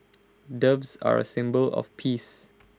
doves are A symbol of peace